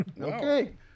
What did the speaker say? okay